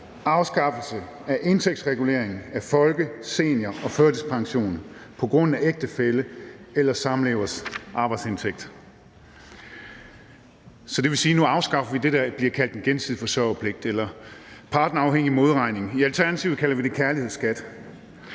afskaffelse af indtægtsregulering af folke-, senior- og førtidspension på grund af ægtefælles eller samlevers arbejdsindtægt. Det vil sige, at vi nu afskaffer det, der bliver kaldt den gensidige forsørgerpligt eller partnerafhængig modregning. I Alternativet kalder vi det kærlighedsskat.